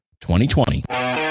2020